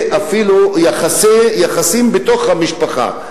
אפילו ליחסים בתוך המשפחה?